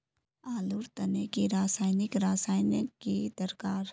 आलूर तने की रासायनिक रासायनिक की दरकार?